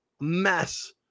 mess